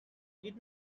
did